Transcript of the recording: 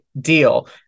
deal